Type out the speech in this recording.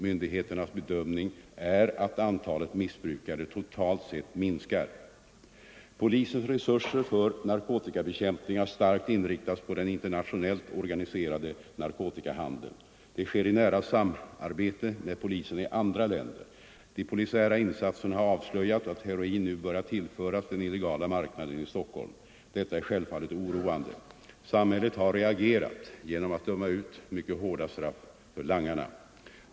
Myndigheternas bedömning är att antalet missbrukare totalt sett minskar. Polisens resurser för narkotikabekämpning har starkt inriktats på den internationellt organiserade narkotikahandeln. Det sker i nära samarbete med polisen i andra länder. De polisiära insatserna har avslöjat att heroin nu börjat tillföras den illegala marknaden i Stockholm. Detta är självfallet oroande. Samhället har reagerat genom att döma ut mycket hårda straff för langarna.